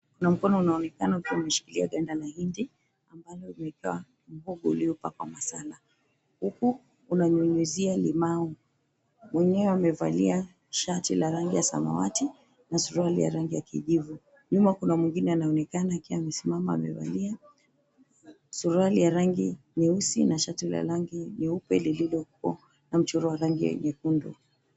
Kuna mkono unaonekana ukiwa umeshikilia ganda la mahindi ambalo limewekewa muhogo uliopakwa masara. Huku unanyunyuzia limau. Mwenyewe amevalia shati la rangi ya samawati na suruali ya rangi ya kijivu. Nyuma kuna mwingine anaonekana akiwa amesimama amevalia suruali ya rangi nyeusi na shati la rangi nyeupe lililokuwa na mchoro wa rangi ya nyekundu.